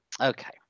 Okay